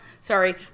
Sorry